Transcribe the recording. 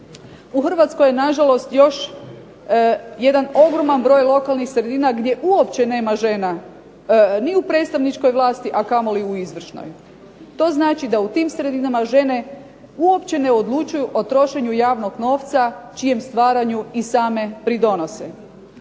U Hrvatskoj je na žalost još jedan ogroman broj lokalnih sredina gdje uopće nema žena ni u predstavničkoj vlasti a kamoli u izvršnoj. To znači da u tim sredinama žene uopće ne odlučuju o trošenju javnog novca, čijem stvaranju i same pridonose,